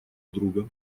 друга